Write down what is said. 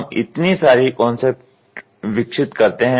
हम इतनी सारे कॉन्सेप्ट्स विकसित करते हैं